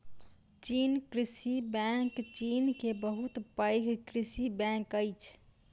चीन कृषि बैंक चीन के बहुत पैघ कृषि बैंक अछि